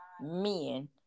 men